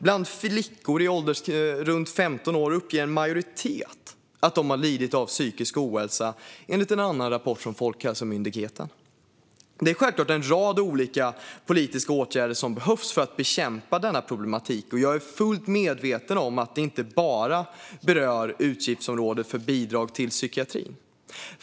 Bland flickor runt 15 år uppger en majoritet att de lidit av psykisk ohälsa, enligt en rapport från Folkhälsomyndigheten. Det är självklart en rad olika politiska åtgärder som behövs för att bekämpa denna problematik. Jag är fullt medveten om att det inte bara berör utgiftsområdet för bidrag till psykiatrin.